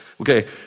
okay